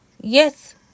Yes